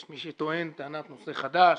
יש מי שטוען טענת נושא חדש,